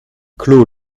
clos